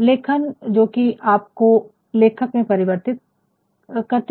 लेखन जो आपको लेखक में परिवर्तित करती है